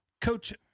Coach